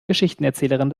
geschichtenerzählerin